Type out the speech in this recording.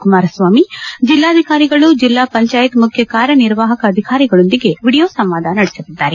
ಕುಮಾರಸ್ವಾಮಿ ಜಿಲ್ಲಾಧಿಕಾರಿಗಳು ಜಿಲ್ಲಾ ಪಂಚಾಯತ್ ಮುಖ್ಯ ಕಾರ್ಯನಿರ್ವಾಹಕ ಅಧಿಕಾರಿಗಳೊಂದಿಗೆ ವಿಡಿಯೋ ಸಂವಾದ ನಡೆಸಲಿದ್ದಾರೆ